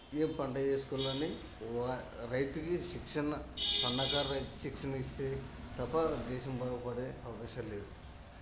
ఏ పంట వేసుకోవాలని వ రైతుకి శిక్షణ సన్నకారు రైతు శిక్షణ ఇస్తే తప్ప దేశం బాగుపడే అవకాశం లేదు